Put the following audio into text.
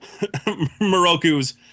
Moroku's